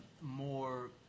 more